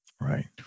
Right